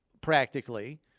practically